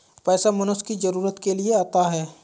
पैसा मनुष्य की जरूरत के लिए आता है